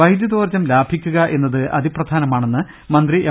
വൈദ്യുതോർജം ലാഭിക്കുകയെന്നത് അതിപ്രധാന മാണെന്ന് മന്ത്രി എം